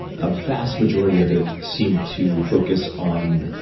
a vast majority of it seemed to focus on